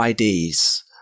IDs